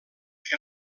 que